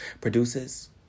produces